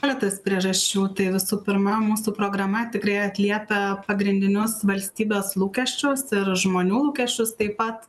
keletas priežasčių tai visų pirma mūsų programa tikrai atliepia pagrindinius valstybės lūkesčius ir žmonių lūkesčius taip pat